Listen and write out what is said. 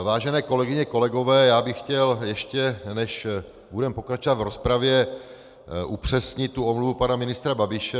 Vážené kolegyně, kolegové, já bych chtěl, ještě než budeme pokračovat v rozpravě, upřesnit omluvu pana ministra Babiše.